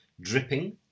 dripping